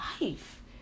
life